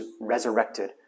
resurrected